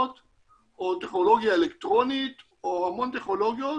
או טכנולוגיה אלקטרונית או המון טכנולוגיות